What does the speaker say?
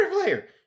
player